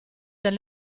del